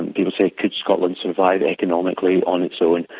and people say, could scotland survive economically on its own?